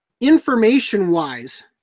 information-wise